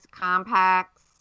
compacts